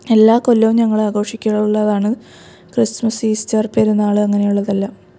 എല്ലാ കൊല്ലവും ഞങ്ങൾ ആഘോഷിക്കാറുള്ളതാണ് ക്രിസ്മസ് ഈസ്റ്റർ പെരുന്നാൾ അങ്ങനെയുള്ളത് എല്ലാം